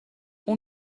اون